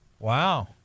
Wow